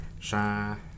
Shine